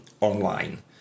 online